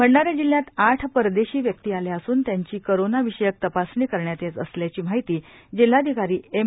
भंडारा जिल्हयात आठ परदेशी व्यक्ती आल्या असून त्यांची करोना विषयक तपासणीकरण्यात येत असल्याची माहिती जिल्हाधिकारी एम